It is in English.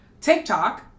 TikTok